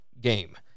game